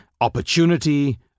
opportunity